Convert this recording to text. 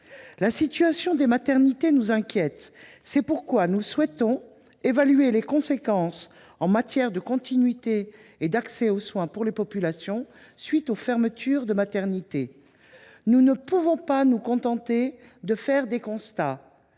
La situation des maternités nous inquiète. C’est pourquoi nous souhaitons évaluer les conséquences en matière de continuité et d’accès aux soins pour les populations des fermetures de maternités. Nous ne pouvons pas nous contenter de faire des constats